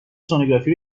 سنوگرافی